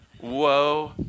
whoa